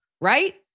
right